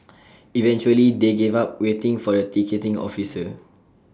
eventually they gave up waiting for the ticketing officer